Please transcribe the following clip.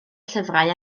llyfrau